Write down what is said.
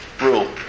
rule